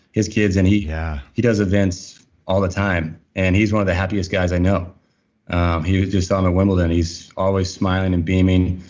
his kids and he yeah he does events all the time and he's one of the happiest guys i know he was just on wimbledon. he's always smiling and beaming.